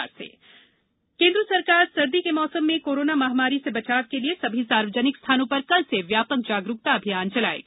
corona जागरुकता केन्द्र सरकार सर्दी के मौसम में कोरोना महामारी से बचाव के लिए सभी सार्वजनिक स्थानों पर कल से व्यापक जागरूकता अभियान चलायेगी